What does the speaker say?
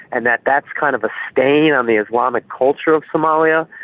and that that's kind of a stain on the islamic culture of somalia.